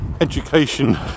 education